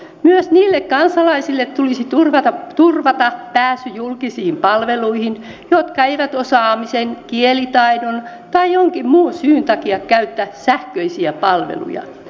myös niille kansalaisille tulisi turvata pääsy julkisiin palveluihin jotka eivät osaamisen kielitaidon tai jonkin muun syyn takia käytä sähköisiä palveluja